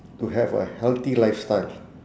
to have a healthy lifestyle